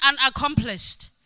unaccomplished